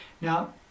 Now